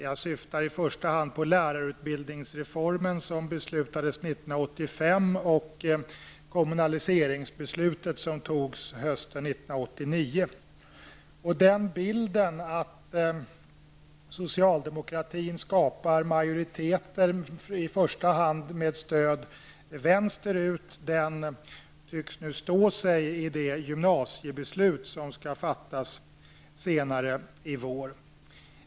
Jag syftar i första hand på reformen av lärarutbildningen som beslutades 1985 Bilden av att socialdemokratin skapar majoriteter i första hand med stöd från vänster tycks stå sig i det gymnasiebeslut som skall fattas senare i vår.